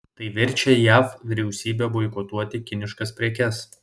tai verčia jav vyriausybę boikotuoti kiniškas prekes